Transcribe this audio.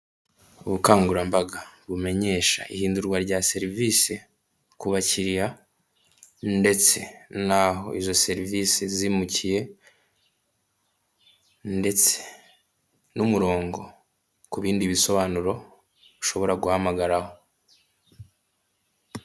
Ubukangurambaga bumenyesha ihindurwa rya serivise ku bakiriya ndetse naho izo serivise zimukiye ndetse n'umurongo ku bindi bisobanuro ushobora guhamagaraho.